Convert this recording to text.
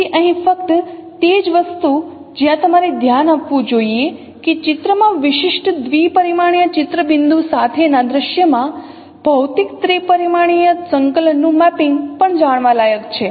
તેથી અહીં ફક્ત તે જ વસ્તુ જ્યાં તમારે ધ્યાન આપવું જોઈએ કે ચિત્રમાં વિશિષ્ટદ્વિપરિમાણીય ચિત્ર બિંદુ સાથેના દ્રશ્યમાં ભૌતિક ત્રિપરિમાણીય સંકલનનું મેપિંગ પણ જાણવા લાયક છે